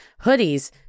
hoodies